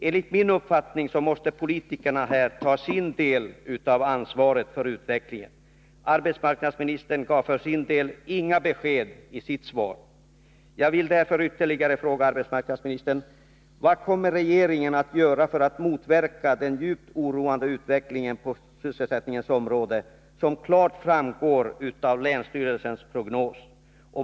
Enligt min uppfattning måste politikerna ta sin del av ansvaret för utvecklingen. Arbetsmarknadsministern gav för sin del inga besked i sitt svar. Jag vill därför ytterligare fråga arbetsmarknadsministern: Vad kommer regeringen att göra för att motverka den djupt oroande utveckling på sysselsättningens område som klart framgår av länsstyrelsens prognos?